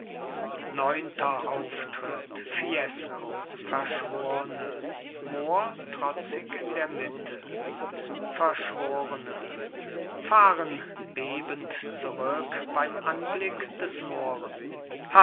neunter auftritt fiesco verschworne mohr trotzig in der mitte verschworene fahren bebend zurück beim anblick des mohren